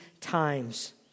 times